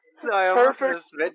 Perfect